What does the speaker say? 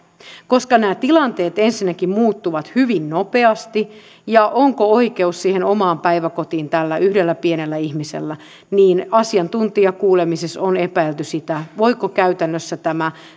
koska nämä tilanteet ensinnäkin muuttuvat hyvin nopeasti onko oikeus siihen omaan päiväkotiin tällä yhdellä pienellä ihmisellä asiantuntijakuulemisissa on epäilty sitä voiko käytännössä tämä